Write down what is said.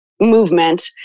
movement